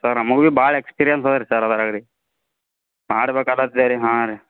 sir ನಮಗು ಭಾಳ experience ಇದೇರಿ ಸರ್ ಅದ್ರಾಗ್ರಿ ಮಾಡ್ಬೇಕಾಗತ್ತೆ ರೀ ಹಾಂ ರೀ